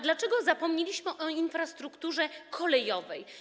Dlaczego zapomnieliśmy o infrastrukturze kolejowej?